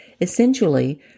Essentially